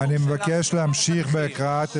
אני מבקש להמשיך בהקראה.